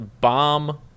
Bomb